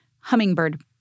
hummingbird